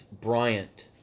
Bryant